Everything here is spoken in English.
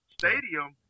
stadium